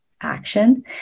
action